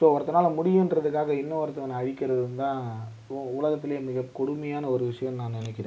so ஒருத்தனால் முடியும்ன்றதுக்காக இன்னொருத்தன அழிக்கிறது தான் உலகத்திலேயே மிகக் கொடுமையான ஒரு விசயம்னு நான் நினைக்கிறேன்